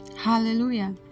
hallelujah